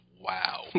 wow